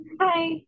Hi